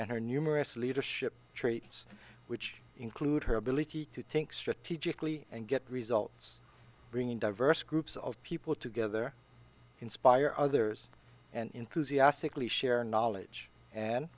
and her numerous leadership traits which include her ability to think strategically and get results bringing diverse groups of people together inspire others and enthusiastically share knowledge and